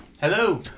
Hello